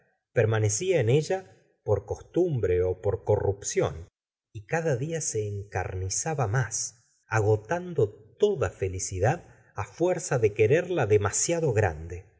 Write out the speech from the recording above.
permanecía en ella por costumbre ó por corrupción y cada día se encarnizaba más agotando tod a felicidqd á fuerza de quererla demasiado grande